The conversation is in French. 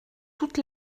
toute